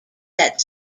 that